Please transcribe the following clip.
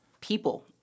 people